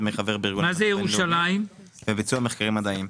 דמי חבר בארגון --- וביצוע מחקרים מדעיים.